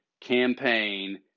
campaign